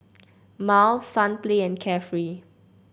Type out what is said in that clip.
Miles Sunplay and Carefree